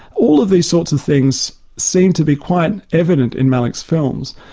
all of these sorts of things seem to be quite evident in malick's films.